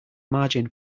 margin